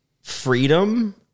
freedom